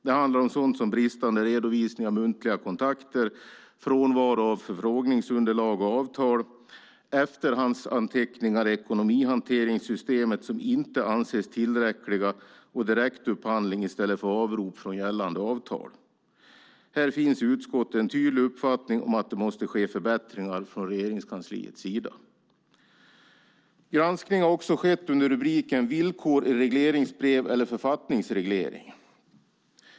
Det handlar om sådant som bristande redovisning av muntliga kontakter, frånvaro av förfrågningsunderlag och avtal, efterhandsanteckningar i ekonomihanteringssystemet som inte anses tillräckliga och direktupphandling i stället för avrop från gällande avtal. Här finns i utskottet en tydlig uppfattning om att det måste ske förbättringar från Regeringskansliets sida. Granskning har också skett under rubriken Villkor i regleringsbrev eller författningsreglering.